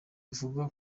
bivugwa